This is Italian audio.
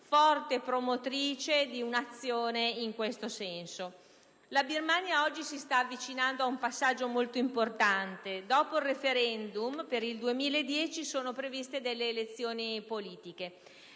La Birmania oggi si sta avvicinando a un passaggio molto importante: dopo il *referendum,* per il 2010 sono previste elezioni politiche.